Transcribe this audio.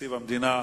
בתקציב המדינה,